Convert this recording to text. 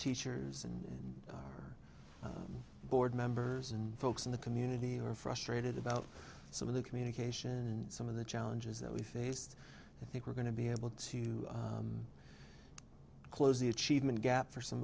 teachers and our board members and folks in the community who are frustrated about some of the communication and some of the challenges that we faced i think we're going to be able to close the achievement gap for some